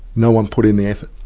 no-one put in the effort.